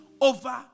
over